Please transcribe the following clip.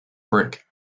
brick